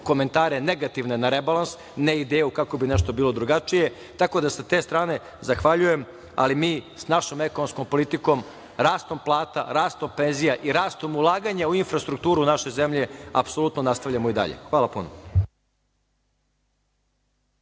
komentare negativne na rebalans, ne ideju kako bi nešto bilo drugačije. Sa te strane zahvaljujem, ali mi sa našom ekonomskom politikom, rastom plata, rastom penzija i rastom ulaganja u infrastrukturu naše zemlje apsolutno nastavljamo i dalje. Hvala puno.